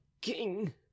king